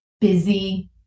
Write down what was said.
busy